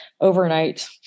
overnight